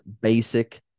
basic